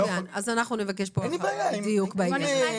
אז אנחנו נבקש דיוק בעניין.